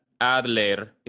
Adler